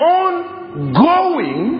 ongoing